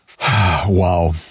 Wow